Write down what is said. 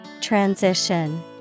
Transition